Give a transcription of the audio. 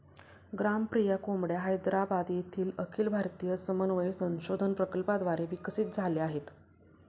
ग्रामप्रिया कोंबड्या हैदराबाद येथील अखिल भारतीय समन्वय संशोधन प्रकल्पाद्वारे विकसित झाल्या आहेत